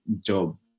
job